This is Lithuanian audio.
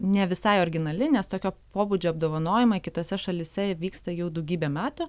ne visai originali nes tokio pobūdžio apdovanojimai kitose šalyse vyksta jau daugybę metų